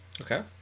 Okay